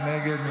מי נגד?